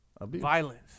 violence